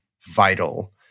vital